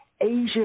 Asia